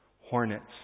hornets